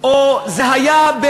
או שזה היה,